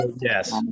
Yes